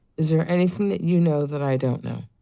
is there anything that you know that i don't know?